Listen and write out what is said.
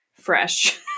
fresh